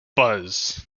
buzz